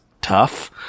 tough